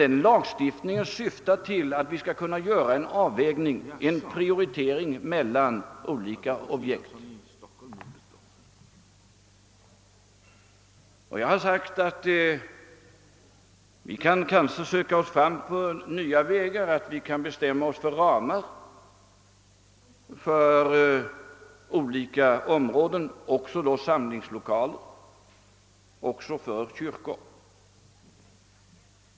Den lagstiftningen syftar till att ge oss möjligheter att göra en avvägning, en prioritering olika objekt emellan. Jag har sagt att vi kan söka oss fram på nya vägar, t.ex. bestämma oss för ramar för olika områden — och då även för samlingslokaler och kyrkor.